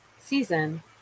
season